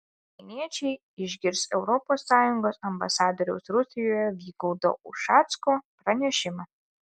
vilniečiai išgirs europos sąjungos ambasadoriaus rusijoje vygaudo ušacko pranešimą